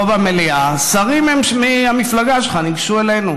במליאה שרים מהמפלגה שלך ניגשו אלינו: